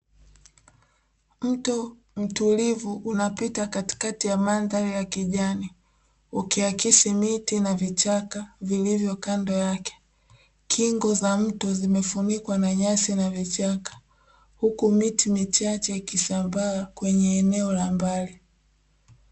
Mto mtulivu unapita katikati ya mandhari ya kijani ukiakisi mito na vichaka vilivyo kando yake, kingo za mto zimefunikwa na nyasi na vichaka huku miti michache ikisambaa kwenye eneo la mbali.